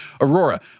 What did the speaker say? Aurora